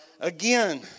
Again